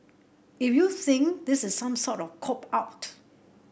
if you think this is some sort of cop out